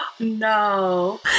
No